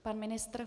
Pan ministr?